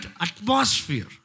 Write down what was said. atmosphere